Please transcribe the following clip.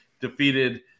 defeated